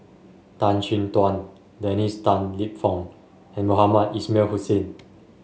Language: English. Tan Chin Tuan Dennis Tan Lip Fong and Mohamed Ismail Hussain